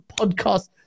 podcast